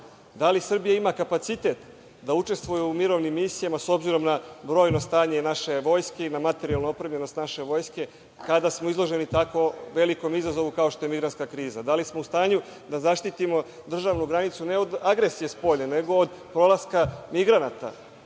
li Srbija ima kapacitet da učestvuje u mirovnim misijama, s obzirom na brojno stanje naše vojske i na materijalnu opremljenost naše vojske, kada smo izloženi tako velikom izazovu kao što je migrantska kriza? Da li smo u stanju da zaštitimo državnu granicu, ne od agresije spolja, nego od prolaska migranata